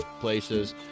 places